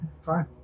Fine